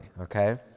okay